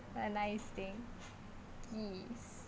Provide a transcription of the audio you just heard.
a nice thing peace